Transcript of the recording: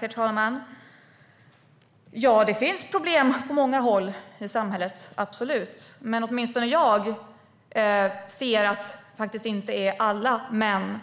Herr talman! Det finns problem på många håll i samhället, absolut. Men åtminstone jag ser att inte alla män